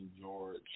George